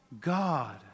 God